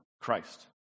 Christ